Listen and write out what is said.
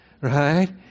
Right